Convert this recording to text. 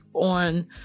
on